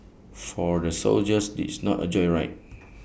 for the soldiers this is not A joyride